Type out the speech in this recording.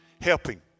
helping